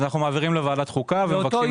אז אנחנו מעבירים לוועדת חוקה ומבקשים להתחיל לקדם.